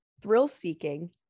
thrill-seeking